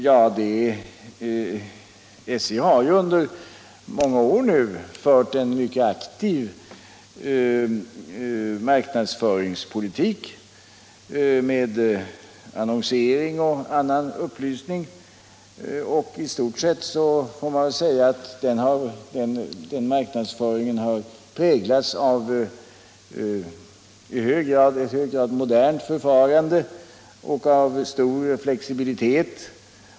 Jag vill där svara att SJ under många år har drivit en mycket aktiv marknadsföringspolitik med annonsering och annan upplysning, och i stort sett kan man väl säga att den marknadsföringen har präglats av ett i hög grad modernt förfarande och stor flexibilitet.